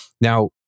Now